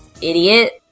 Idiot